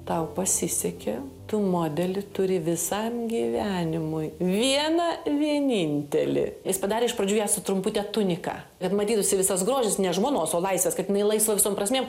tau pasisekė tu modelį turi visam gyvenimui vieną vienintelį jis padarė iš pradžių ją su trumpute tunika kad matytųsi visas grožis ne žmonos o laisvės kad jinai laisva visom prasmėm